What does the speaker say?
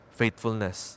faithfulness